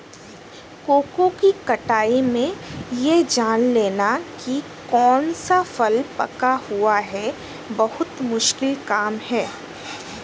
cocoa की कटाई में यह जान लेना की कौन सा फल पका हुआ है बहुत मुश्किल काम है